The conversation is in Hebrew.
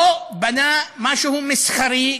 או בנה משהו מסחרי,